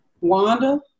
Wanda